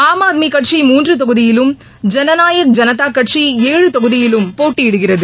ஆம்ஆத்மி கட்சி மூன்று தொகுதியிலும் ஜனநாயக் ஜனதா கட்சி ஏழு தொகுதியிலும் போட்டியிடுகிறது